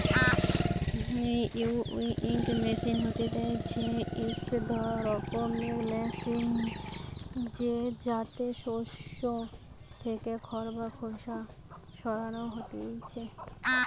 winnowing machine হতিছে ইক রকমের মেশিন জেতাতে শস্য থেকে খড় বা খোসা সরানো হতিছে